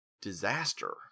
disaster